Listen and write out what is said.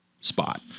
spot